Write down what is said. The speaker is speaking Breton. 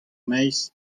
maez